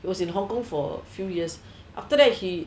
he was in hong-kong for a few years after that he